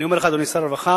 אני אומר לך, אדוני שר הרווחה,